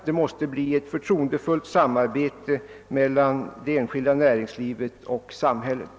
Det måste bli ett förtroendefullt samarbete mellan det enskilda näringslivet och samhället.